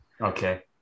Okay